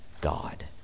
God